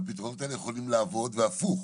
הפתרונות האלה יכולים לעבוד והפוך,